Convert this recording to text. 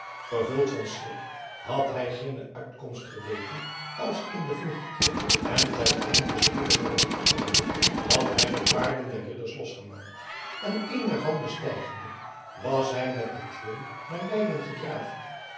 vervuld van schrik had hij geene uitkomst geweten als in de vlucht en ten einde spoediger weg te komen had hij de paarden der ridders losgemaakt en een daarvan bestijgende was hij met de twee naar leiden gedraafd